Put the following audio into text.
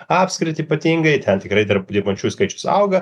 apskritį ypatingai ten tikrai tarp dirbančių skaičius auga